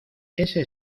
ese